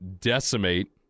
decimate